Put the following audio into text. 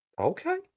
Okay